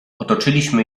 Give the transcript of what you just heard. otoczyliśmy